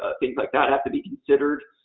ah things like that have to be considered.